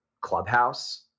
Clubhouse